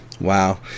Wow